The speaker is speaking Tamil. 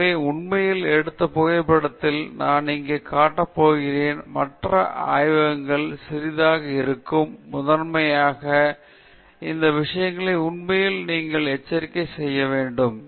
எனவே உண்மையில் அடுத்த புகைப்படத்தில் நான் இங்கே காட்ட போகிறேன் மற்ற ஆய்வகங்களில் சிறியதாக இருக்கும் முதன்மையாக இந்த விஷயங்களை உண்மையில் நீங்கள் எச்சரிக்கை செய்ய வேண்டும்